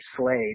Slade